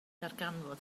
darganfod